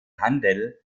handel